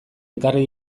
ekarri